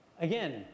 Again